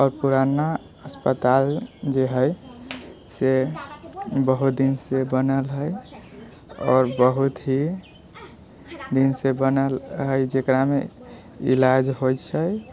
आओर पुराना अस्पताल जे हइ से बहुत दिनसँ बनल हइ आओर बहुत ही दिनसँ बनल हइ जकरामे इलाज होइ छै